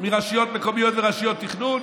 מרשויות מקומיות ורשויות תכנון?